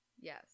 Yes